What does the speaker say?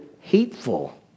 hateful